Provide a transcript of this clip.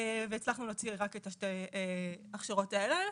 - והצלחנו להוציא רק את שתי ההכשרות האלה,